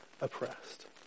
oppressed